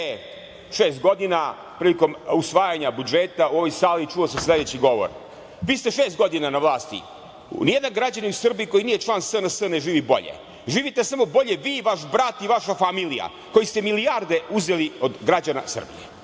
šest godina, prilikom usvajanja budžeta, u ovoj sali čuo se sledeći govor - Vi ste šest godina na vlasti. Ni jedan građanin u Srbiji koji nije član SNS ne živi bolje. Živite samo bolje vi, vaš brat i vaša familija, koji ste milijarde uzeli od građana Srbije.